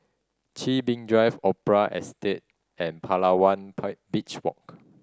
Chin Bee Drive Opera Estate and Palawan pie Beach Walk